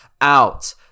out